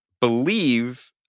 believe